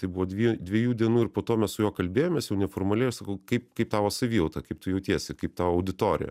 tai buvo dvie dviejų dienų ir po to mes su juo kalbėjomės jau neformaliai aš sakau kaip kaip tavo savijauta kaip tu jautiesi kaip tavo auditorija